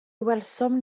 welsom